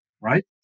Right